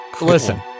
Listen